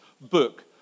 book